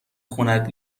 خونت